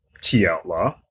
T-Outlaw